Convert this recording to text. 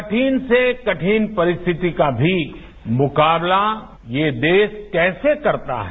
कठिन से कठिन परिस्थिति का भी मुकाबला ये देश कैसे करता है